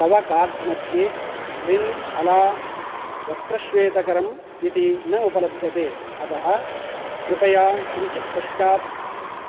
तव कार्ट् मध्ये रिन् अला वस्त्रश्वेतकरम् इति न उपलभ्यते अतः कृपया किञ्चिद्पश्चात्